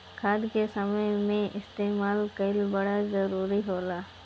खाद के समय से इस्तेमाल कइल बड़ा जरूरी होला